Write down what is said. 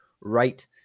right